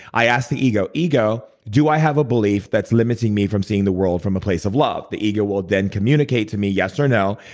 i ask the ego, ego, do i have a belief that's limiting me from seeing the world from a place of love? the ego will then communicate to me yes or no.